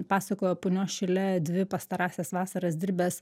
pasakojo punios šile dvi pastarąsias vasaras dirbęs